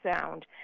sound